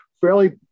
fairly